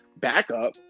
backup